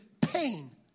pain